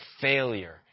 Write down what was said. failure